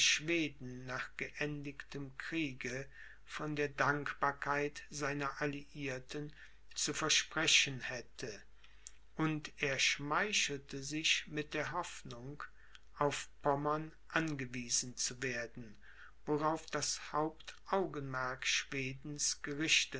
nach geendigtem kriege von der dankbarkeit seiner alliierten zu versprechen hätte und er schmeichelte sich mit der hoffnung auf pommern angewiesen zu werden worauf das hauptaugenmerk